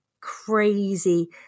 crazy